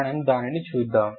మనము దానిని చూద్దాం